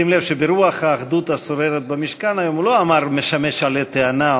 שים לב שברוח האחדות השוררת במשכן היום הוא לא אמר "משמש עלה תאנה",